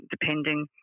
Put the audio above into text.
depending